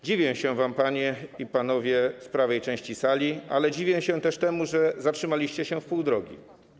Dziwię się wam, panie i panowie po prawej stronie sali, ale dziwię się też temu, że zatrzymaliście się w pół drogi.